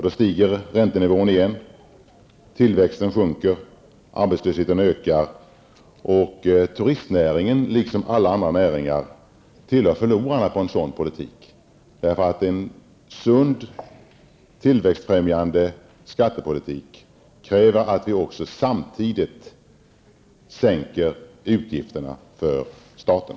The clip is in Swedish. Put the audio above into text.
Då stiger räntenivån igen, tillväxten sjunker, arbetslösheten ökar och turistnäringen, liksom alla andra näringar tillhör förlorarna vid en sådan politik. En sund tillväxtfrämjande skattepolitik kräver att vi också samtidigt sänker utgifterna för staten.